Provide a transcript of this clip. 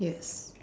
yes